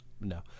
no